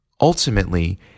Ultimately